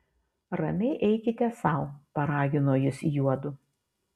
ramiai eikite sau paragino jis juodu